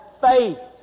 faith